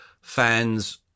Fans